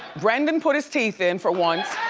brendan put his teeth in for once.